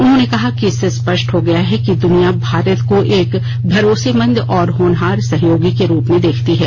उन्होंने कहा कि इससे स्पष्ट हो गया है कि दुनिया भारत को एक भरोसेमंद और होनहार सहयोगी के रूप में देखती है